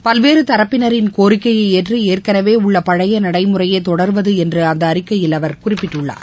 பல்வேறு தரப்பினரின் கோரிக்கைய ஏற்று ஏற்கனவே உள்ள பழைய நடைமுறையே தொடருவது என்று அந்த அறிக்கையில் அவர் குறிப்பிட்டுள்ளார்